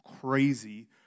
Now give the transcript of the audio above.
crazy